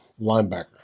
linebacker